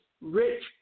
rich